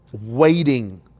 waiting